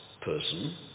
person